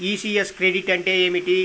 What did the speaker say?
ECS credit అంటే ఏమిటి?